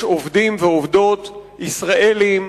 יש עובדים ועובדות ישראלים,